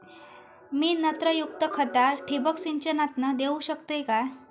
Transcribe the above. मी नत्रयुक्त खता ठिबक सिंचनातना देऊ शकतय काय?